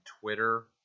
Twitter